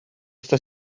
sta